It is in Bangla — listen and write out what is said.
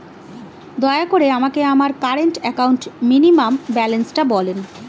দয়া করে আমাকে আমার কারেন্ট অ্যাকাউন্ট মিনিমাম ব্যালান্সটা বলেন